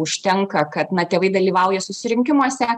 užtenka kad na tėvai dalyvauja susirinkimuose